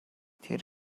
тэр